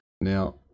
Now